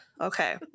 Okay